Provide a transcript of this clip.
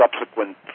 subsequent